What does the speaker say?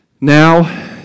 Now